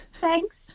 Thanks